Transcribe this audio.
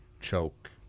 choke